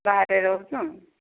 ବାହାରେ ରହୁଛୁ